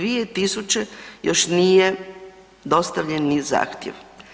2000 još nije dostavljen ni zahtjev.